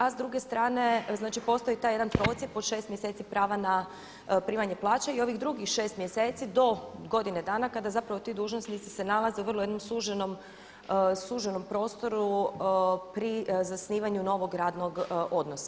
A s druge strane znači postoji taj jedan procjep od 6 mjeseci prava na primanje plaće i ovih drugih 6 mjeseci do godine dana kada zapravo ti dužnosnici se nalaze u vrlo jednom suženom prostoru pri zasnivanju novog radnog odnosa.